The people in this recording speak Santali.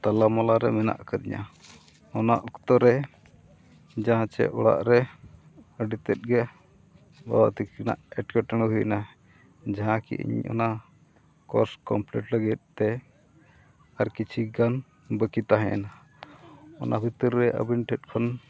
ᱛᱟᱞᱟᱢᱞᱟᱨᱮ ᱢᱮᱱᱟᱜ ᱟᱠᱟᱫᱤᱧᱟᱹ ᱚᱱᱟ ᱚᱠᱛᱚᱨᱮ ᱡᱟᱦᱟᱸ ᱪᱮᱫ ᱚᱲᱟᱜ ᱨᱮ ᱟᱹᱰᱤ ᱛᱮᱫᱜᱮ ᱵᱟᱵᱟ ᱛᱟᱹᱠᱤᱱᱟᱜ ᱮᱴᱠᱮᱴᱚᱬᱮ ᱦᱩᱭᱱᱟ ᱡᱟᱦᱟᱸᱠᱤ ᱤᱧ ᱚᱱᱟ ᱠᱳᱨᱥ ᱠᱚᱢᱯᱞᱤᱴ ᱞᱟᱹᱜᱤᱫᱼᱛᱮ ᱟᱨ ᱠᱤᱪᱷᱩᱜᱟᱱ ᱵᱟᱹᱠᱤ ᱛᱟᱦᱮᱸᱭᱮᱱᱟ ᱚᱱᱟ ᱵᱷᱤᱛᱤᱨ ᱨᱮ ᱟᱹᱵᱤᱱ ᱴᱷᱮᱱᱠᱷᱚᱱ